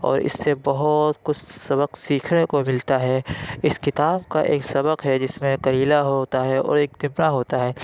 اور اس سے بہت کچھ سبق سیکھنے کو ملتا ہے اس کتاب کا ایک سبق ہے جس میں کلیلہ ہوتا ہے اور ایک دمنہ ہوتا ہے